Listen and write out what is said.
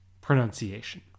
pronunciation